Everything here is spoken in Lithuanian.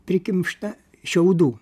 prikimšta šiaudų